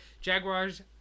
Jaguars